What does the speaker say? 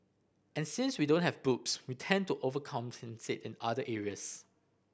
and since we don't have boobs we tend to overcompensate in other areas